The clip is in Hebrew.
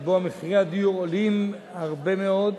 שבה מחירי הדיור עולים הרבה מאוד,